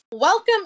Welcome